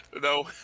No